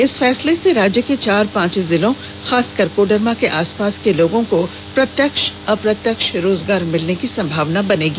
इस फैसले से राज्य के चार पांच जिलों खासकर कोडरमा के आस पास के लोगों को प्रत्यक्ष अप्रत्यक्ष रोजगार मिलने की संभावना बनेगी